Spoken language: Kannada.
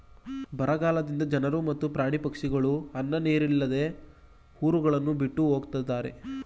ಬರಗಾಲದಿಂದ ಜನರು ಮತ್ತು ಪ್ರಾಣಿ ಪಕ್ಷಿಗಳು ಅನ್ನ ನೀರಿಲ್ಲದೆ ಊರುಗಳನ್ನು ಬಿಟ್ಟು ಹೊಗತ್ತರೆ